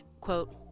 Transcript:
quote